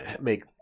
Make